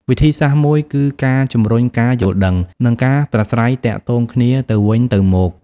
វិធីសាស្រ្តមួយគឺការជំរុញការយល់ដឹង និងការប្រាស្រ័យទាក់ទងគ្នាទៅវិញទៅមក។